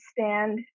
stand